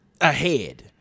ahead